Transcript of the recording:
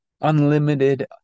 unlimited